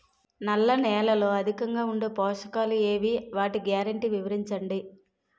నల్ల నేలలో అధికంగా ఉండే పోషకాలు ఏవి? వాటి గ్యారంటీ వివరించండి?